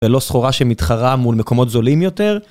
ולא סחורה שמתחרה מול מקומות זולים יותר.